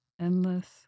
endless